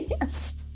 Yes